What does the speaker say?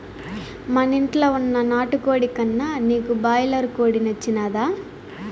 మనింట్ల వున్న నాటుకోడి కన్నా నీకు బాయిలర్ కోడి నచ్చినాదా